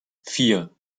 vier